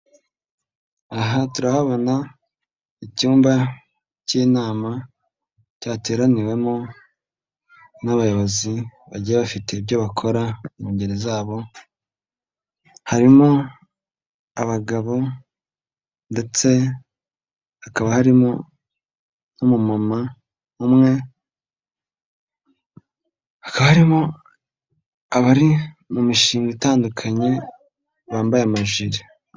Aha turahabona icyumba k'inama cyateraniwemo n'abayobozi bagiye bafite ibyo bakora mu ngeri zabo, harimo abagabo ndetse hakaba harimo n'umumama umwe, hakaba harimo abari mu mishinga itandukanye bambaye amajiri.